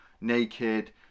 naked